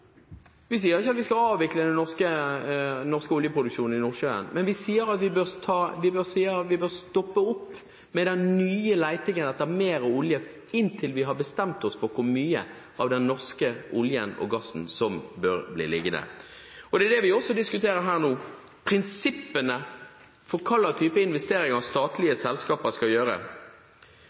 den norske oljeproduksjonen i Nordsjøen, men vi sier at vi bør stoppe ny leting etter mer olje inntil vi har bestemt oss for hvor mye av den norske oljen og gassen som bør bli liggende. Og det er det vi også diskuterer her: prinsippene for hva slags type investeringer statlige selskaper skal gjøre.